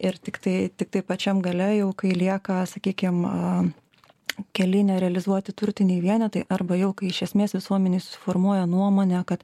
ir tiktai tiktai pačiam gale jau kai lieka sakykim a keli realizuoti turtiniai vienetai arba jau kai iš esmės visuomenėj susiformuoja nuomonė kad